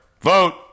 Vote